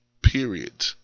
period